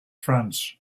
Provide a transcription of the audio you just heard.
france